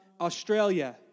Australia